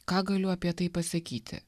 ką galiu apie tai pasakyti